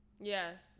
Yes